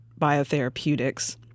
Biotherapeutics